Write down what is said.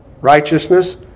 righteousness